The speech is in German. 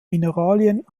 mineralien